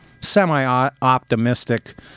semi-optimistic